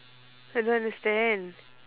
I don't understand